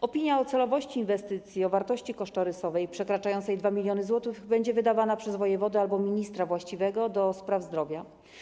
Opinia o celowości inwestycji o wartości kosztorysowej przekraczającej 2 mln zł będzie wydawana przez wojewodę albo ministra właściwego do spraw zdrowia.